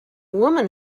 woman